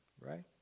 Right